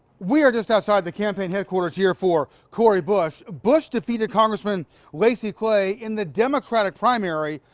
we're just outside the campaign headquarters here for corey bush bush defeated congressman lacy clay in the democratic primary,